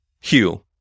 Hugh